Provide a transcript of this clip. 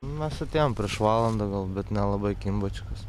mes atėjom prieš valandą gal bet nelabai kimba čia kas